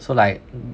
so like